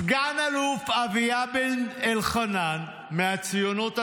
סגן אלוף אביה בן אלחנן מהציונות הדתית,